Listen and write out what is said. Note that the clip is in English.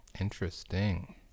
Interesting